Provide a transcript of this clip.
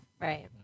Right